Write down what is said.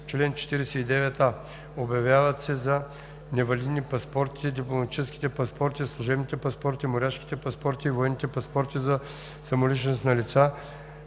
„Чл. 49а. Обявяват се за невалидни паспортите, дипломатическите паспорти, служебните паспорти, моряшките паспорти и военните карти за самоличност на лица,